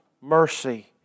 mercy